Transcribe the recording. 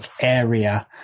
area